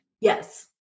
Yes